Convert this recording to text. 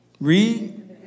read